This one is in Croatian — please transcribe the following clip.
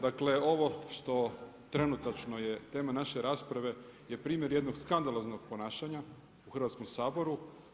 Dakle, ovo što trenutačno je tema naše rasprave, je primjer jednog skandaloznog ponašanja u Hrvatskom saboru.